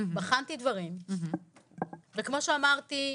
בחנתי דברים וכמו שאמרתי,